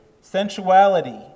sensuality